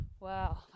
wow